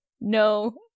No